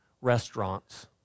restaurants